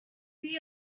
what